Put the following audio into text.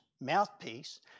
mouthpiece